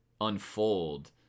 unfold